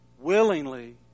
Willingly